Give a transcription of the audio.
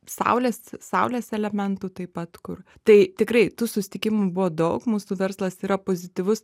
saulės saulės elementų taip pat kur tai tikrai tų susitikimų buvo daug mūsų verslas yra pozityvus